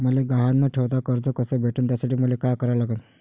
मले गहान न ठेवता कर्ज कस भेटन त्यासाठी मले का करा लागन?